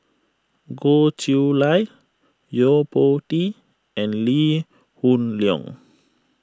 Goh Chiew Lye Yo Po Tee and Lee Hoon Leong